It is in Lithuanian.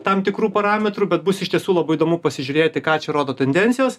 tam tikrų parametrų bet bus iš tiesų labai įdomu pasižiūrėti ką čia rodo tendencijos